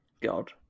God